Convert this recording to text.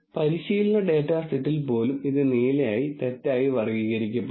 അതിനാൽ പരിശീലന ഡാറ്റ സെറ്റിൽ പോലും ഇത് നീലയായി തെറ്റായി വർഗ്ഗീകരിക്കപ്പെടും